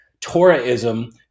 Torahism